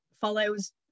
follows